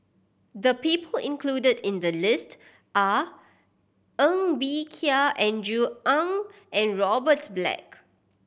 the people included in the list are Ng Bee Kia Andrew Ang and Robert Black